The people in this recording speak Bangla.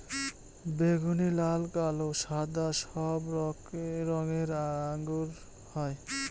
বেগুনি, লাল, কালো, সাদা সব রঙের আঙ্গুর হয়